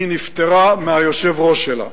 היא נפטרה מהיושב ראש שלה.